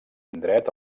indret